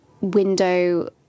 window